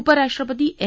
उपराष्ट्रपती एम